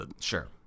Sure